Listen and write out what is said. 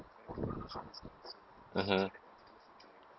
mmhmm